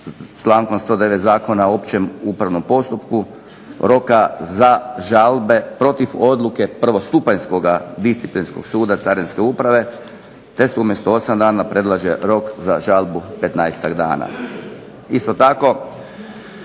člankom 109. Zakona o općem upravnom postupku, roka za žalbe protiv odluke prvostupanjskoga disciplinskog suda Carinske uprave, te se umjesto 8 dana predlaže rok za žalbu petnaestak dana. Isto tako,